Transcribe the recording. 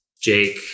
jake